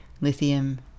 Lithium